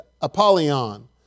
Apollyon